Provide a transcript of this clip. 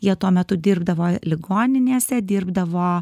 jie tuo metu dirbdavo ligoninėse dirbdavo